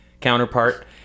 counterpart